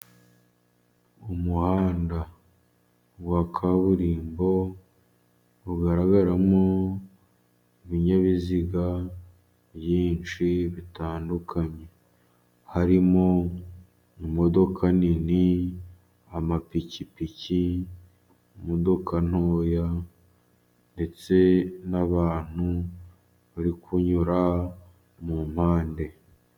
Umuhanda wa kaburimbo ugaragaramo ibinyabiziga byinshi bitandukanye. Harimo imodoka nini, amapikipiki, imodoka ntoya, ndetse n'abantu bari kunyura mu mpande.